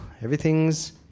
Everything's